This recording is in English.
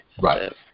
Right